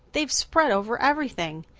they've spread over everything.